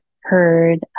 heard